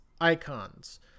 icons